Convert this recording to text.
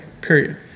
period